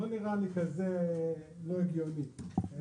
לא נראה לי כזה לא הגיוני.